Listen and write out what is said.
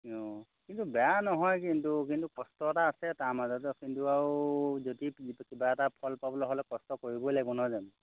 অ কিন্তু বেয়া নহয় কিন্তু কিন্তু কষ্ট এটা আছে তাৰ মাজতে কিন্তু আৰু যদি কিবা এটা ফল পাবলৈ হ'লে কষ্ট কৰিবই লাগিব নহয় জানো